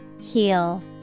Heal